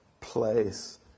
place